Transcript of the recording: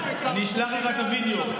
אני אשלח לך את הווידיאו.